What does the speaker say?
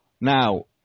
Now